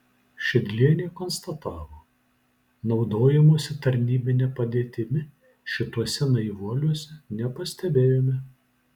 šidlienė konstatavo naudojimosi tarnybine padėtimi šituose naivuoliuose nepastebėjome